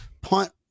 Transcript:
punt